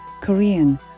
Korean